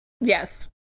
Yes